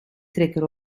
trekker